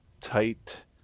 tight